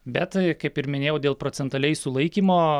bet kaip ir minėjau dėl procentaliai sulaikymo